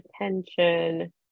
attention